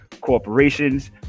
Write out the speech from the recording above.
corporations